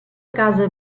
casa